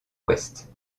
ouest